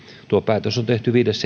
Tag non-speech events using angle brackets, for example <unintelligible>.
tuo päätös on tehty viides <unintelligible>